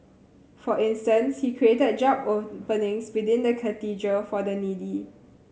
for instance he created job openings within the Cathedral for the needy